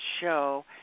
show